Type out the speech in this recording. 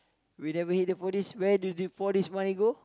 we never hit the four D where do the four D money go